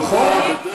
נכון.